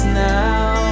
now